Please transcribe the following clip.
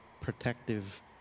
protective